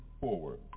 forward